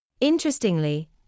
Interestingly